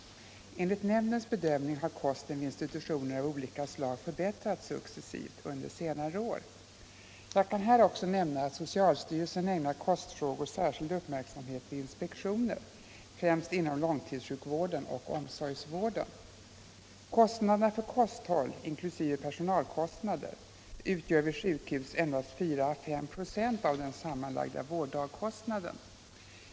Enligt nämndens bedömning har kosten vid institutioner av olika slag förbättrats successivt under senare år. Jag kan här också nämna att socialstyrelsen ägnar kostfrågor särskild uppmärksamhet vid inspektioner, främst inom långtidssjukvården och omsorgsvården. Kostnaderna för kosthåll, inkl. personalkostnader, utgör vid sjukhus endast 4 å 5 26 av den sammanlagda vårddagkostnaden.